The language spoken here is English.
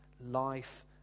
Life